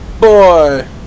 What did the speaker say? boy